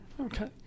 Okay